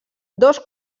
dos